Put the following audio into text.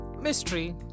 mystery